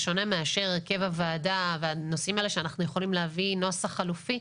בשונה מאשר הרכב הוועדה והנושאים האלה שאנחנו יכולים להביא נוסח חלופי,